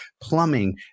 plumbing